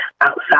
outside